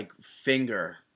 finger